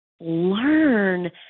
learn